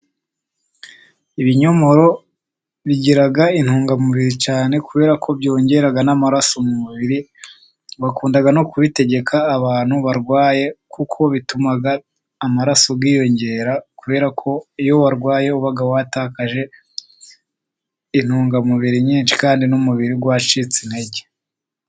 Ibinyomoro bigira intungamubiri cyane, kubera ko byongera n'amaraso mu mubiri, bakunda no kubitegeka abantu barwaye, kuko bituma amaraso yiyongera, kubera ko iyo warwaye uba watakaje intungamubiri nyinshi, kandi n'umubiri uba wacitse intege.